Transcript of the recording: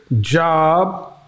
job